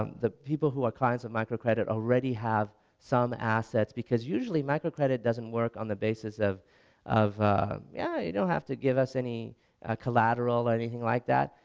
um the people who are clients of micro credit already have some assets because usually micro credit doesn't work on the basis of of yeah you don't have to give us any collateral or anything like that,